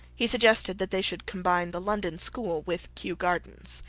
he suggested that they should combine the london school with kew gardens.